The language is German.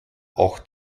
auch